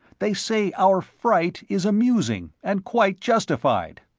they say our fright is amusing, and quite justified.